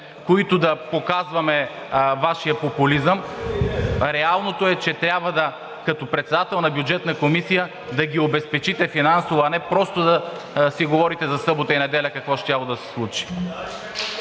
които да показваме Вашия популизъм. Реалното е, че трябва като председател на Бюджетна комисия да ги обезпечите финансово, а не просто да си говорите за събота и неделя какво щяло да се случи.